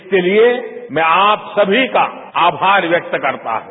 इसके लिए मैं आप सभी का आभार व्यक्त करता हूं